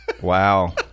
wow